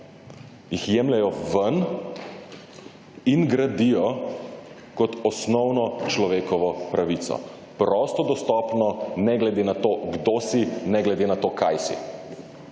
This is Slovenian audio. jih jemljejo ven in gradijo kot osnovno človekovo pravico, prosto dostopno ne glede na to, kdo si, ne glede na to, kaj si.